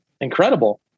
incredible